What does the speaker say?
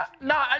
No